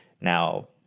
now